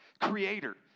creator